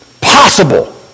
possible